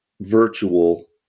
virtual